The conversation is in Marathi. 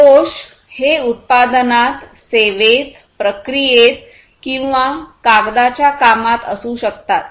दोष हे उत्पादनात सेवेत प्रक्रियेत किंवा कागदाच्या कामात असू शकतात